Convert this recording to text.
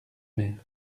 mer